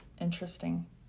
Interesting